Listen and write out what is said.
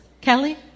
Kelly